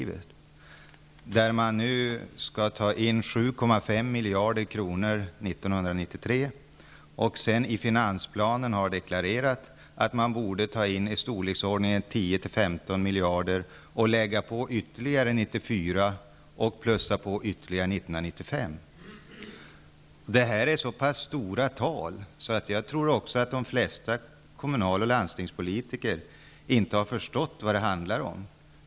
Nu skall man dra in 7,5 miljarder kronor 1993, och i finansplanen har deklarerats att man borde ta in 10--15 miljarder och lägga på ytterligare 1994 och 1995. Det här är så pass stora tal att jag tror att de flesta kommunal och landstingspolitiker inte har förstått vad det handlar om.